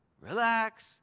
relax